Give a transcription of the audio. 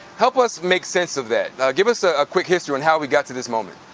help us make sense of that. give us a ah quick history on how we got to this moment.